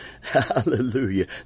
Hallelujah